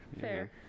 Fair